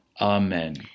Amen